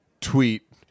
tweet